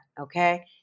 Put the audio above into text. okay